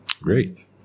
Great